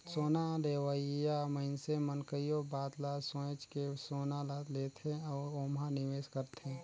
सोना लेहोइया मइनसे मन कइयो बात ल सोंएच के सोना ल लेथे अउ ओम्हां निवेस करथे